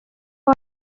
for